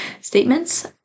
statements